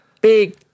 big